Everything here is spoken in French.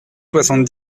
soixante